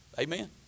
Amen